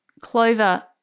clover